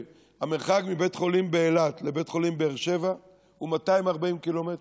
המרחק מבית חולים באילת לבית החולים בבאר שבע הוא 240 קילומטרים.